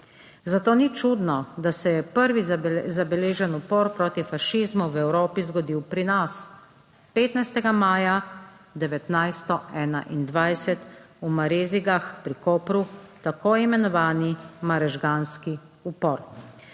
Zato ni čudno, da se je prvi zabeležen upor proti fašizmu v Evropi zgodil pri nas, 15. maja 1921 v Marezigah pri Kopru, tako imenovani marežganski upor.